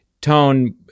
Tone